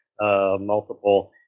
multiple